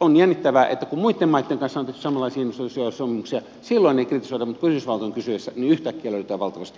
on jännittävää että kun muitten maitten kanssa on tehty samanlaisia investointisuojasopimuksia silloin ei kritisoida mutta kun yhdysvallat on kyseessä niin yhtäkkiä löydetään valtavasti ongelmia